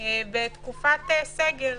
בתקופת סגר.